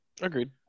Agreed